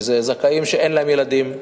וזה זכאים שאין להם ילדים,